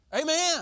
Amen